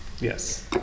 yes